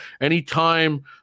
anytime